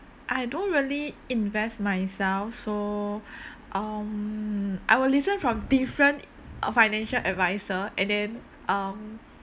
I don't really invest myself so um I will listen from different uh financial advisor and then um